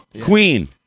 Queen